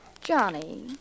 Johnny